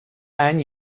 any